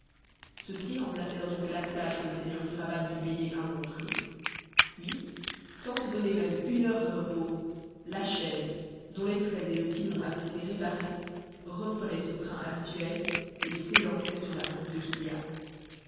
ceux-ci remplacèrent donc l'attelage que le seigneur kéraban dut payer un bon prix puis sans se donner même une heure de repos la chaise dont les traits et le timon avaient été réparés reprenait son train habituel et s'élançait sur la route de kilia